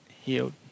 healed